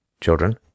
children